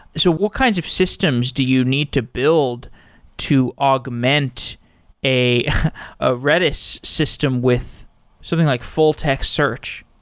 so what kinds of systems do you need to build to augment a ah redis system with something like full text search.